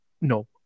no